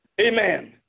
amen